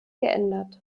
geändert